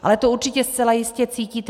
Ale to určitě zcela jistě cítíte.